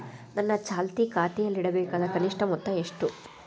ನನ್ನ ಚಾಲ್ತಿ ಖಾತೆಯಲ್ಲಿಡಬೇಕಾದ ಕನಿಷ್ಟ ಮೊತ್ತ ಎಷ್ಟು?